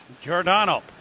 Giordano